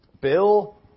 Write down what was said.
Bill